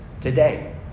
today